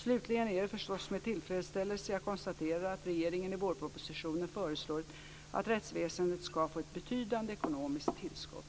Slutligen är det förstås med tillfredsställelse jag konstaterar att regeringen i vårpropositionen föreslår att rättsväsendet ska få ett betydande ekonomiskt tillskott.